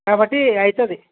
కాబట్టి అవుతుంది